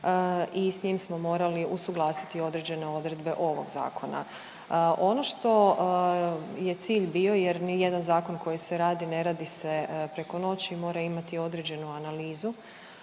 i s njim smo morali usuglasiti određene odredbe ovog zakona. Ono što je cilj bio jer ni jedan zakon koji se radi ne radi se preko noći, mora imati određenu analizu